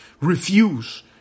refuse